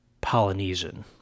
Polynesian